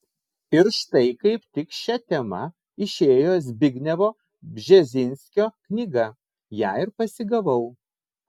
ir štai kaip tik šia tema išėjo zbignevo bžezinskio knyga ją ir pasigavau